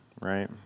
right